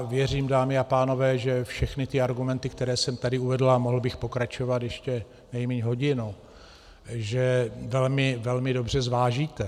Věřím, dámy a pánové, že všechny ty argumenty, které jsem tady uvedl a mohl bych pokračovat ještě nejmíň hodinu , velmi dobře zvážíte.